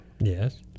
Yes